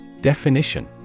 Definition